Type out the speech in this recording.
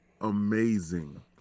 amazing